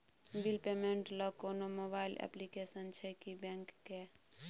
Bill payment ल कोनो mobile application छै की बैंक के?